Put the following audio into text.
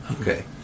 Okay